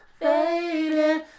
fading